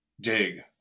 dig